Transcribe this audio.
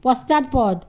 পশ্চাৎপদ